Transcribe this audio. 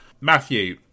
Matthew